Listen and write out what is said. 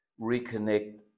reconnect